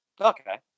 Okay